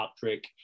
Patrick